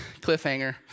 Cliffhanger